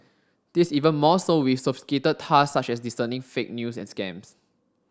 this is even more so with sophisticated tasks such as discerning fake news and scams